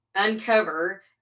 Uncover